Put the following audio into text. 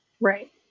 Right